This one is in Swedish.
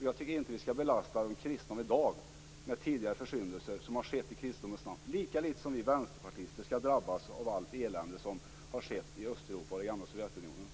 Jag tycker inte att vi skall belasta de kristna av i dag med tidigare försyndelser som har skett i kristendomens namn, lika litet som vi vänsterpartister skall drabbas av allt elände som har skett i Östeuropa och i det gamla Sovjetunionen.